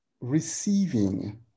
receiving